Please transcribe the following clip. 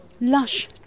lush